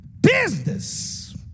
business